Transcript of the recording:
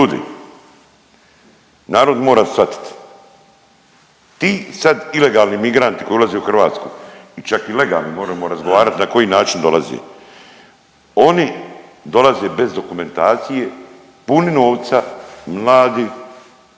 Ljudi, narod mora shvatit, ti sad ilegalni migranti koji ulaze u Hrvatsku i čak i legalni, moremo razgovarat na koji način dolaze, oni dolaze bez dokumentacije, puni novca, mladi